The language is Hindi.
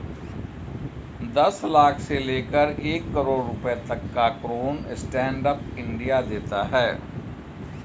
दस लाख से लेकर एक करोङ रुपए तक का ऋण स्टैंड अप इंडिया देता है